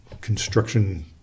construction